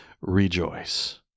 rejoice